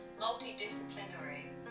Multidisciplinary